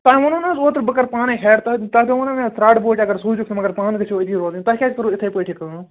تۄہہِ ووٚنوٕ نا حظ اوترٕ بہٕ کرٕ پانَے ہیٚر تۅہہِ تۄہہِ دوٚپوٕ نا مےٚ ژرٛاٹہٕ بوج اگر سوٗزہوُکھ تہِ مگر پانہٕ گٔژھِو أتی روزٕنۍ تۄہہِ کیٛازِ کوٚروٕ یِتھٕے پٲٹھۍ یہِ کٲم